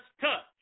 touch